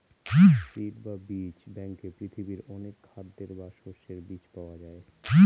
seed বা বীজ ব্যাঙ্কে পৃথিবীর অনেক খাদ্যের বা শস্যের বীজ পাওয়া যায়